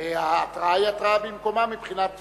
ההתרעה היא התרעה במקומה, מבחינת תפיסתך.